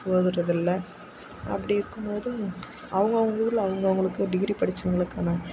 போதுவது இல்லை அப்படி இருக்கும் போது அவங்க அவங்க ஊரில் அவங்க அவங்களுக்கு டிகிரி படித்தவங்களுக்கான